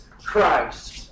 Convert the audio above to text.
Christ